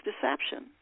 deception